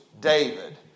David